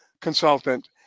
consultant